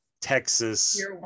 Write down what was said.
texas